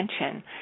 attention